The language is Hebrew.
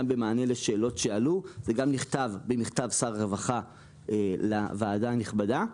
גם במענה לשאלות שעלו וכפי שנכתב במכתב של שר הרווחה לוועדה הנכבדה,